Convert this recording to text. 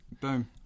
Boom